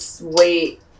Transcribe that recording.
wait